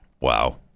Wow